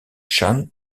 shan